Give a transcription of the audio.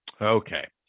Okay